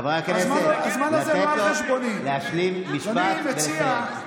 חברי הכנסת, לתת לו להשלים משפט סיום ולסיים.